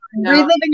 reliving